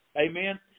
amen